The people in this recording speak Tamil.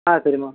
ஆ சரிம்மா